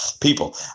people